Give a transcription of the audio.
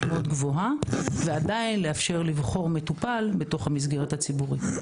מאוד גבוהה ועדיין לאפשר למטופל לבחור בתוך המסגרת הציבורית.